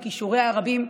בכישוריה הרבים,